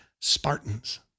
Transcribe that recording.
Spartans